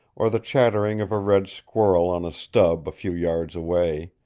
or the chattering of a red-squirrel on a stub a few yards away.